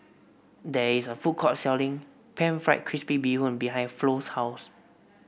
there is a food court selling pan fried crispy Bee Hoon behind Flo's house